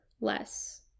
less